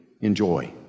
enjoy